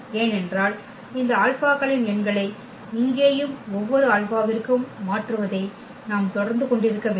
ஏனென்றால் இந்த ஆல்பாக்களின் எண்களை இங்கேயும் ஒவ்வொரு ஆல்பாவிற்கும் மாற்றுவதை நாம் தொடர்ந்து கொண்டிருக்க வேண்டும்